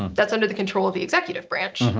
that's under the control of the executive branch.